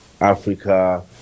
Africa